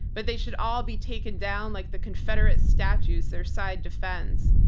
but they should all be taken down like the confederate statues their side defends.